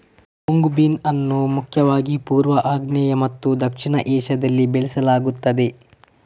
mung bean ಅನ್ನು ಮುಖ್ಯವಾಗಿ ಪೂರ್ವ, ಆಗ್ನೇಯ ಮತ್ತು ದಕ್ಷಿಣ ಏಷ್ಯಾದಲ್ಲಿ ಬೆಳೆಸಲಾಗುತ್ತದೆ